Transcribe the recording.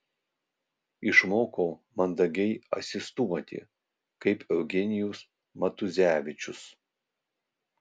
išmoko mandagiai asistuoti kaip eugenijus matuzevičius